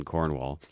Cornwall